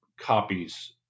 copies